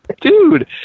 dude